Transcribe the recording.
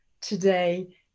today